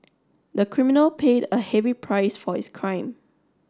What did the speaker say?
the criminal paid a heavy price for his crime